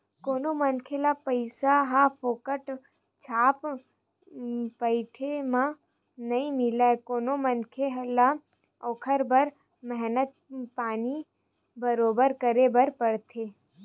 कोनो मनखे ल पइसा ह फोकट छाप बइठे म नइ मिलय कोनो मनखे ल ओखर बर मेहनत पानी बरोबर करे बर परथे